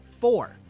Four